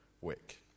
wick